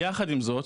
יחד עם זאת,